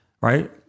right